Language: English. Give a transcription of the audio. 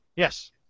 Yes